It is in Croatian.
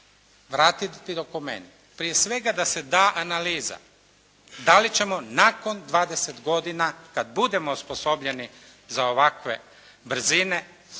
vratiti dokument prije svega da se da analiza da li ćemo nakon 20 godina kad budemo osposobljeni za ovakve brzine,